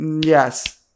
Yes